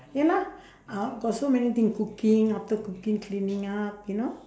ya lah uh got so many thing cooking after cooking cleaning up you know